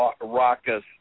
raucous